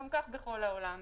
כך בכל העולם.